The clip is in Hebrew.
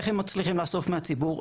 איך הם מצליחים לאסוף מהציבור?